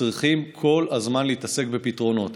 צריכים כל הזמן להתעסק בפתרונות,